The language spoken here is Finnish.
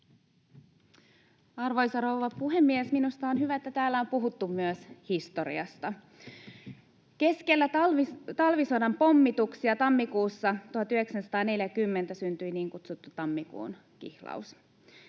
Arvoisa rouva puhemies! Minusta on hyvä, että täällä on puhuttu myös historiasta. Keskellä talvisodan pommituksia tammikuussa 1940 syntyi niin kutsuttu tammikuun kihlaus.